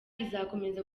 izakomeza